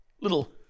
Little